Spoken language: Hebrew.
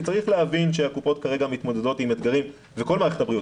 כי צריך להבין שהקופות וכל מערכת הבריאות